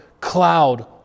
cloud